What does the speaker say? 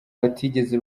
batigeze